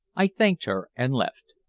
i thanked her and left.